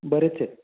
बरेच आहे